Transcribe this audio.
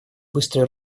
быстрый